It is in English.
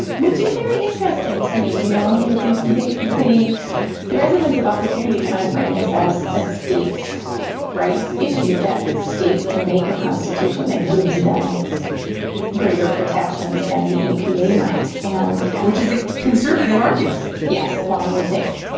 which is very interesting to me you know, i mean, they the the residents of opportunity kind of frame this as a states rights issue, that the state can make a constitution that gives them greater protections than the epa might and which is a conservative argument yes, one would think.